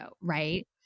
right